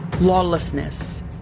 lawlessness